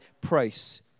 price